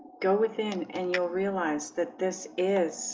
go within and you'll realize that this is